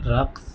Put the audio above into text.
رقص